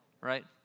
right